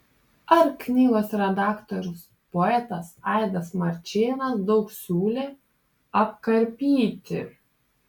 ar knygos redaktorius poetas aidas marčėnas daug siūlė apkarpyti